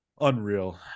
Unreal